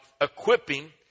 equipping